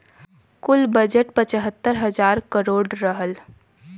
कुल बजट पचहत्तर हज़ार करोड़ रहल